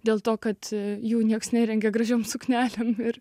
dėl to kad jų niekas nerengia gražiom suknelėm ir